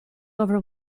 over